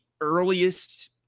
earliest